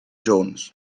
jones